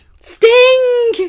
Sting